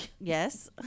Yes